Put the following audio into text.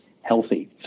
healthy